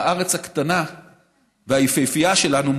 בארץ הקטנה והיפהפייה שלנו,